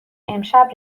امشب